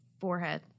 forehead